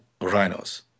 rhinos